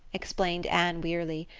explained anne wearily,